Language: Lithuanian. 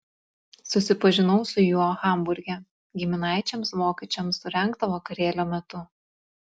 susipažinau su juo hamburge giminaičiams vokiečiams surengto vakarėlio metu